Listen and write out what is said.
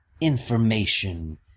information